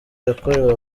yakorewe